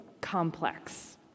complex